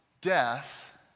death